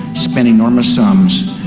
spent enormous sums,